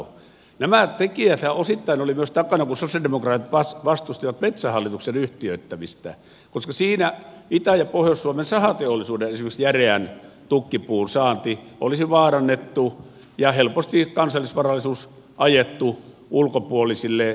myös nämä tekijäthän osittain olivat takana kun sosialidemokraatit vastustivat metsähallituksen yhtiöittämistä koska siinä esimerkiksi itä ja pohjois suomen sahateollisuuden järeän tukkipuun saanti olisi vaarannettu ja helposti kansallisvarallisuus ajettu ulkopuolisille kansainvälisille sijoittajille